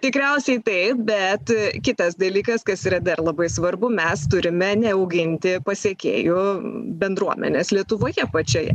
tikriausiai taip bet kitas dalykas kas yra dar labai svarbu mes turime neauginti pasekėjų bendruomenės lietuvoje pačioje